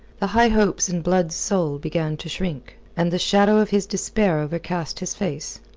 the high hopes in blood's soul, began to shrink. and the shadow of his despair overcast his face.